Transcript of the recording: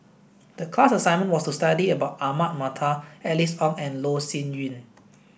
the class assignment was to study about Ahmad Mattar Alice Ong and Loh Sin Yun